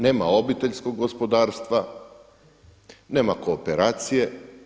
Nema obiteljskog gospodarstva, nema kooperacije.